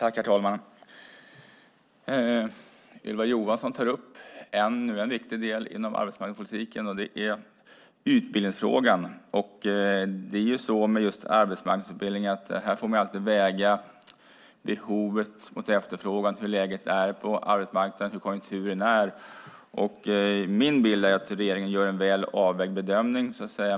Herr talman! Ylva Johansson tar upp ännu en viktig del inom arbetsmarknadspolitiken, nämligen utbildningen. Med just arbetsmarknadsutbildningen är det så att man alltid får väga behovet mot efterfrågan och hur läget på arbetsmarknaden samt konjunkturen är. Min bild är att regeringen gör en väl avvägd bedömning.